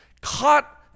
caught